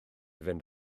fynd